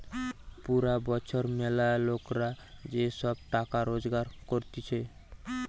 পুরা বছর ম্যালা লোকরা যে সব টাকা রোজগার করতিছে